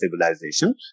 civilization